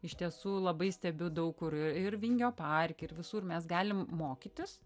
iš tiesų labai stebiu daug kur ir vingio parke ir visur mes galim mokytis